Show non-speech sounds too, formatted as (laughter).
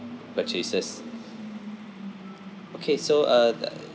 purchases okay so uh the (noise)